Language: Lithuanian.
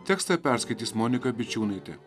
tekstą perskaitys monika bičiūnaitė